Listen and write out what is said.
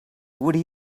would